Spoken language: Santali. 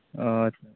ᱟᱪᱪᱷᱟ